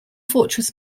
fortress